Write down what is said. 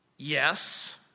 Yes